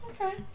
Okay